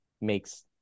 makes